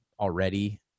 already